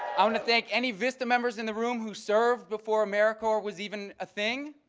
i want to thank any vista members in the room who served before americorps was even a thing.